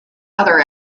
other